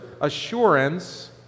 assurance